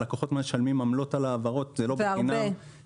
הלקוחות משלמים עמלות על ההעברות וזה לא בחינם.